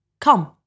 Come